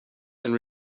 and